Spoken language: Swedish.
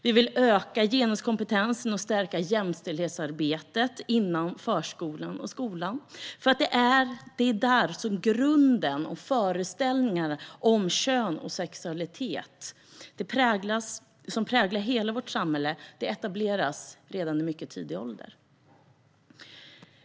Vi vill öka genuskompetensen och stärka jämställdhetsarbetet inom förskolan och skolan, eftersom grunden för de föreställningar om kön och sexualitet som präglar hela vårt samhälle etableras där redan i mycket tidig ålder.